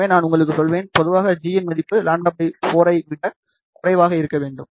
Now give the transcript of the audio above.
எனவே நான் உங்களுக்குச் சொல்வேன் பொதுவாக g இன் இந்த மதிப்பு λ 4 ஐ விட குறைவாக இருக்க வேண்டும்